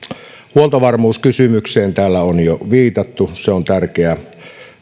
huoltovarmuuskysymykseen täällä on jo viitattu se on tärkeä